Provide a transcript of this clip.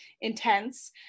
intense